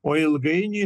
o ilgainiui